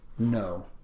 No